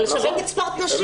לשווק את ספורט הנשים.